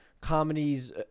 comedies